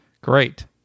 great